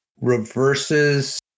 reverses